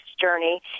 journey